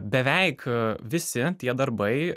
beveik visi tie darbai